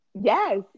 yes